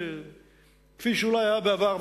כפי שאולי היה בעבר,